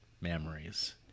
memories